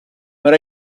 but